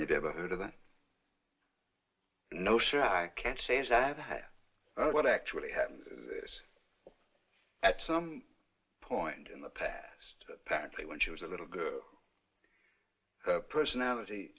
it ever heard of that notion i can say is that what actually happened this at some point in the past apparently when she was a little girl personality